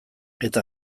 eta